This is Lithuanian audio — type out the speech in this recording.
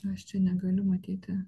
na aš čia negaliu matyti